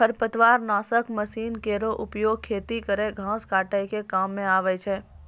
खरपतवार नासक मसीन केरो उपयोग खेतो केरो घास काटै क काम आवै छै